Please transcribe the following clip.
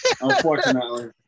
Unfortunately